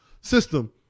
system